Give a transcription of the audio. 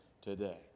today